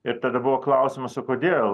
ir tada buvo klausimas o kodėl